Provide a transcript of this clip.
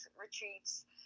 retreats